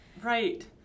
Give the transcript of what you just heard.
right